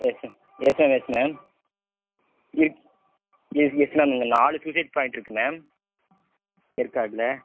yes ma'am yes ma'am yes ma'am இருக்கு yes yes ma'am இங்கே நாலு சூசைட் பாயிண்ட் இருக்கு மேம் ஏற்காட்டில்